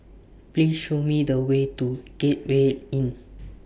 Please Show Me The Way to Gateway Inn